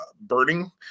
Burning